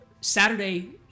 Saturday